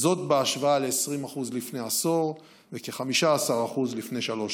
בהשוואה ל-20% לפני עשור ולכ-15% לפני שלוש שנים.